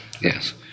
Yes